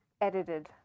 edited